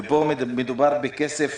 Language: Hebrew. ופה מדובר בכסף